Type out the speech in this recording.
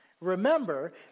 remember